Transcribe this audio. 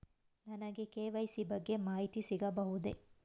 ನನಗೆ ಕೆ.ವೈ.ಸಿ ಬಗ್ಗೆ ಮಾಹಿತಿ ಸಿಗಬಹುದೇ?